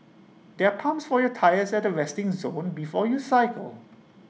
there are pumps for your tyres at the resting zone before you cycle